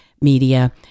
media